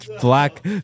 black